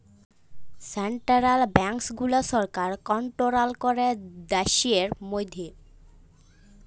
central banks গুলা সরকার control ক্যরে দ্যাশের ম্যধে